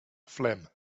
phlegm